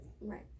Right